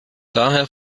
daher